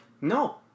no